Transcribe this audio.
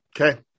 Okay